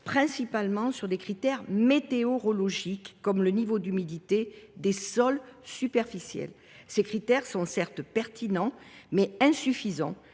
principalement sur des critères météorologiques, comme le niveau d’humidité des sols superficiels. Ces critères sont certes pertinents, mais insuffisants,